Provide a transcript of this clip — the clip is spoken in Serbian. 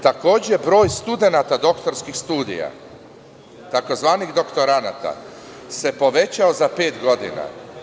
Takođe, broj studenata doktorskih studija, takozvanih doktoranata, se povećao za pet godina.